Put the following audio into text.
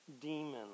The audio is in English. demons